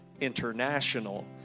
International